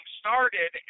started